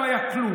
לא היה כלום.